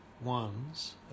ones